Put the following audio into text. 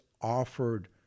offered